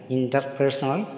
Interpersonal